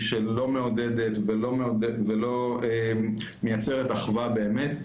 שלא מעודדות ולא מייצרות אחווה באמת,